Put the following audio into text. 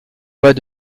pas